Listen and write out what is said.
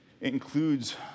includes